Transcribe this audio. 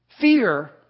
Fear